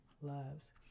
loves